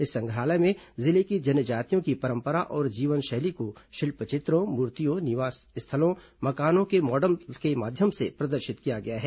इस संग्रहालय में जिले की जनजातियों की परंपरा और जीवन शैली को शिल्प चित्रों मूर्तियों निवास स्थलों मकानों के माडल के माध्यम से प्रदर्शित किया गया है